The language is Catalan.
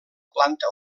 planta